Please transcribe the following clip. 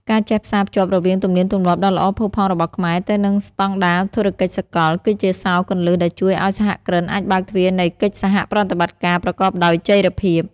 ការចេះផ្សារភ្ជាប់រវាងទំនៀមទម្លាប់ដ៏ល្អផូរផង់របស់ខ្មែរ ទៅនឹងស្ដង់ដារធុរកិច្ចសកល គឺជាសោរគន្លឹះដែលជួយឱ្យសហគ្រិនអាចបើកទ្វារនៃកិច្ចសហប្រតិបត្តិការប្រកបដោយចីរភាព។